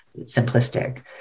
simplistic